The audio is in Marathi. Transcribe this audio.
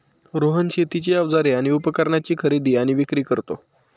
रोहन शेतीची अवजारे आणि उपकरणाची खरेदी आणि विक्री करतो